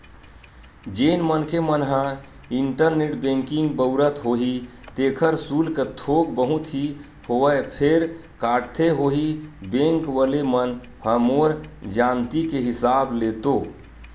जेन मनखे मन ह इंटरनेट बेंकिग बउरत होही तेखर सुल्क थोक बहुत ही होवय फेर काटथे होही बेंक वले मन ह मोर जानती के हिसाब ले तो